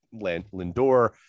Lindor